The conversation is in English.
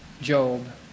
Job